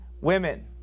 women